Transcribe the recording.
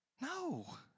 No